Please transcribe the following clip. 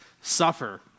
suffer